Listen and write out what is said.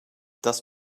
das